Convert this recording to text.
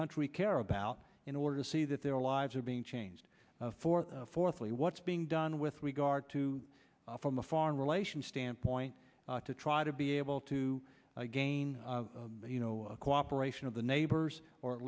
country care about in order to see that their lives are being changed for fourthly what's being done with regard to from a foreign relations standpoint to try to be able to gain you know cooperation of the neighbors or at